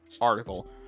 article